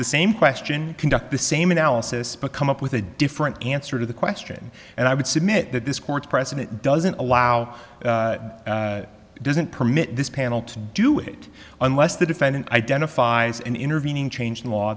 the same question conduct the same analysis but come up with a different answer to the question and i would submit that this court precedent doesn't allow doesn't permit this panel to do it unless the defendant identified an intervening change